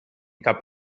cap